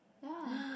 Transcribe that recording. ya